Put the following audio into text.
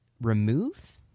remove